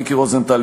מיקי רוזנטל,